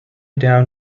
down